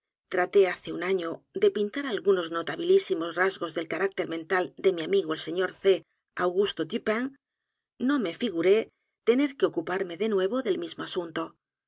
traté hace un año de pintar algunos notabilísimos rasgos del carácter mental de mi amigo el señor c augusto dupin no me figuré tener que ocup a r m e de nuevo del mismo asunto